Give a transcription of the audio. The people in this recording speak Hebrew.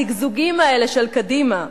כל הזיגזוגים האלה של קדימה,